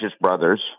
Brothers